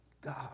God